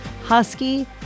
husky